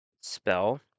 spell